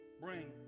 bring